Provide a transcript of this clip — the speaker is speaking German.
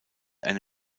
eine